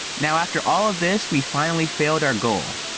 now, after all of this, we finally failed our goal.